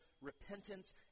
repentance